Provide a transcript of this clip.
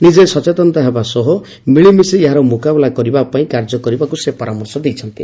ନିଜେ ସଚେତନ ହେବା ସହ ମିଳିମିଶି ଏହାର ମ୍ରକାବିଲା କରିବାପାଇଁ କାର୍ଯ୍ୟ କରିବାକୁ ସେ ପରାମର୍ଶ ଦେଇଛନ୍ତି